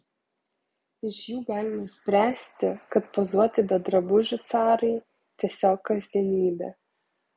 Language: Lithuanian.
iš jų galime spręsti kad pozuoti be drabužių carai tiesiog kasdienybė